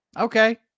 Okay